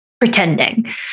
pretending